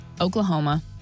Oklahoma